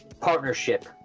partnership